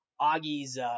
Augie's